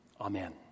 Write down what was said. Amen